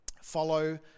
Follow